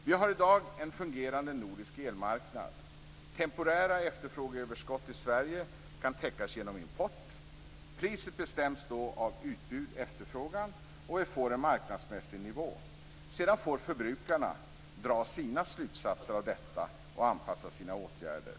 Vi har i dag en fungerande nordisk elmarknad. Temporära efterfrågeöverskott i Sverige kan täckas genom import. Priset bestäms då av utbud och efterfrågan, och vi får en marknadsmässig nivå. Sedan får förbrukarna dra sina slutsatser av detta och anpassa sina åtgärder.